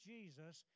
Jesus